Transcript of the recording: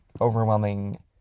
overwhelming